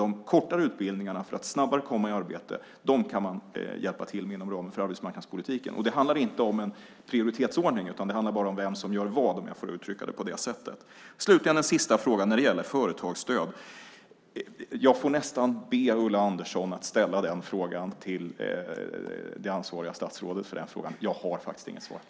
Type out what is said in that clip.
De kortare utbildningarna för att snabbare komma i arbete kan man hjälpa till med inom ramen för arbetsmarknadspolitiken. Det handlar inte om en prioritetsordning, utan bara om vem som gör vad om jag får uttrycka det på det sättet. Slutligen har vi den sista frågan, som gäller företagsstöd. Jag får nästan be Ulla Andersson att ställa den frågan till det ansvariga statsrådet. Jag har faktiskt inget svar.